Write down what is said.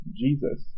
Jesus